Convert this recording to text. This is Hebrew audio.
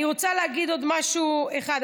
אני רוצה להגיד עוד משהו אחד.